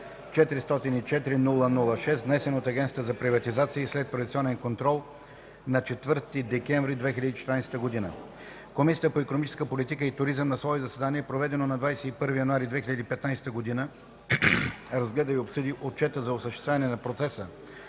Комисията по икономическа политика и туризъм на свое заседание, проведено на 21 януари 2015 г., разгледа и обсъди Отчета за осъществяване на процеса